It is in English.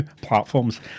platforms